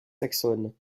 saxonnes